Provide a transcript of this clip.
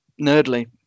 nerdly